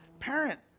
Parent